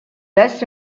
less